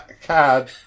cad